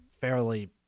fairly